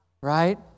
right